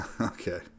Okay